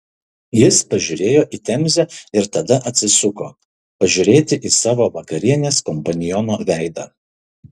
jis pažiūrėjo į temzę ir tada atsisuko pažiūrėti į savo vakarienės kompaniono veidą